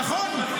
נכון.